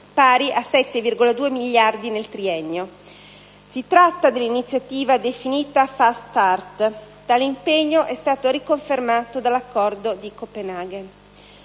pari a 7,2 miliardi nel triennio. Si tratta dell'iniziativa definita "*Fast Start*". Tale impegno è stato riconfermato dall'Accordo di Copenaghen.